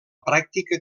pràctica